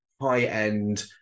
high-end